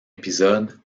épisode